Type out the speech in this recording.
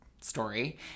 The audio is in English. story